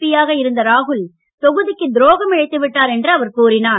B யாக இருந்த ராகுல்காந்தி தொகுதிக்கு துரோகம் இழைத்து விட்டார் என்று அவர் கூறினார்